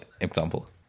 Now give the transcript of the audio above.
example